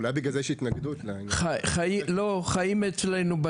אולי בגלל זה יש התנגדות, כי הוא חבר כנסת לשעבר.